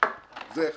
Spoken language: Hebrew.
זה אחת.